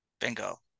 Bingo